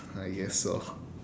I guess so